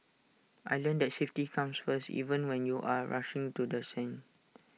I learnt that safety comes first even when you are rushing to the scene